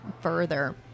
further